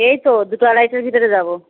এই তো দুটো আড়াইটের ভিতরে যাবো